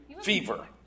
fever